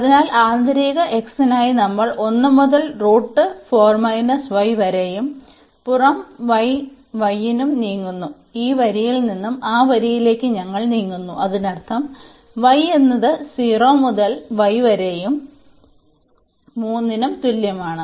അതിനാൽ ആന്തരിക x നായി നമ്മൾ 1 മുതൽ വരെയും പുറം y നും നീങ്ങുന്നു ഈ വരിയിൽ നിന്ന് ആ വരിയിലേക്ക് ഞങ്ങൾ നീങ്ങുന്നു അതിനർത്ഥം y എന്നത് 0 മുതൽ y വരെ 3 ന് തുല്യമാണ്